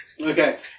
Okay